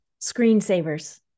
screensavers